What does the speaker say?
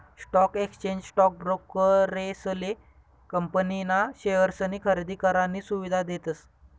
stock exchange stock ब्रोकरेसले company ना शेअर्सनी खरेदी करानी सुविधा देतस